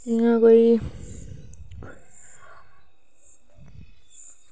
जि'यां कोई